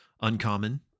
Uncommon